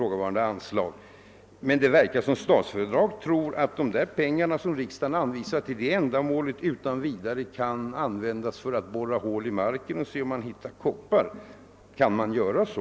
Det verkar dock av skrivelsen den 2 december som om Statsföretag AB tror att de medel som riksdagen anvisat för detta ändamål utan vidare kan av industridepartementet anvisas för att borra hål i marken efter kopparmalm. Kan man göra så?